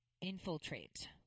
infiltrate